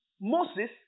Moses